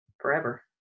forever